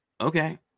okay